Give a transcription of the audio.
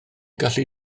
gallu